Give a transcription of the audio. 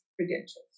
credentials